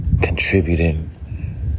contributing